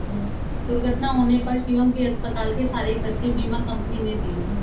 दुर्घटना होने पर शिवम के अस्पताल के सारे खर्चे बीमा कंपनी ने दिए